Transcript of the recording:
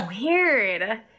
Weird